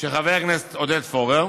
של חבר הכנסת עודד פורר